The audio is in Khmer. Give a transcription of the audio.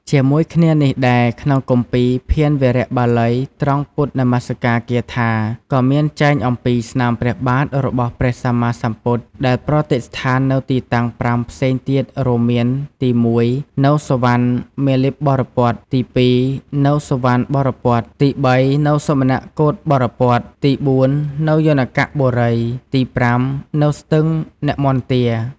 ជាមួយគ្នានេះដែរ ក្នុងគម្ពីរ ភាណវារៈបាលី ត្រង់ពុទ្ធនមក្ការគាថា ក៏មានចែងអំពី ស្នាមព្រះបាទ របស់ព្រះសម្មាសម្ពុទ្ធដែលប្រតិស្ថាននៅទីតាំង ៥ ផ្សេងទៀតរួមមានទី១ នៅសុវណ្ណមាលិបរពត ទី២ នៅសុវណ្ណបរពត ទី៣ នៅសុមនកូដបរពត ទី៤ នៅយោនកបុរី ទី៥ នៅស្ទឹងនម្មទា។